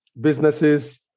businesses